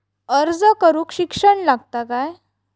अर्ज करूक शिक्षण लागता काय?